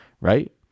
right